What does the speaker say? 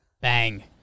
Bang